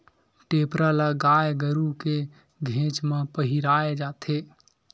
टेपरा ल गाय गरु के घेंच म पहिराय जाथे